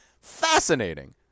fascinating